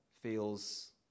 feels